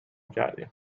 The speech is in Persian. کردیم